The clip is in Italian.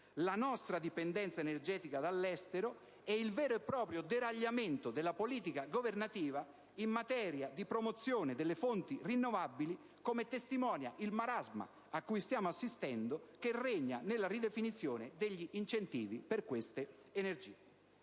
la nostra dipendenza energetica dall'estero e il vero e proprio deragliamento della politica governativa in materia di promozione delle fonti rinnovabili (come testimonia il marasma, a cui stiamo assistendo, che regna nella ridefinizione degli incentivi per queste energie).